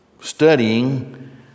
studying